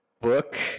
book